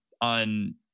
on